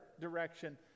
direction